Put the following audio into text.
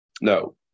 No